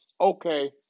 Okay